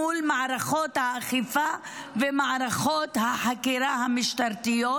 מערכות האכיפה ומערכות החקירה המשטרתיות,